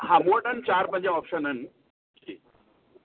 हा मूं वटि अहिनि चारि पंज ऑप्शन अहिनि जी